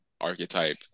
archetype